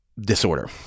disorder